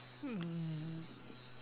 um